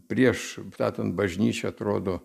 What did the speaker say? prieš statant bažnyčią atrodo